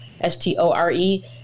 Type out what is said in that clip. S-T-O-R-E